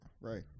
Right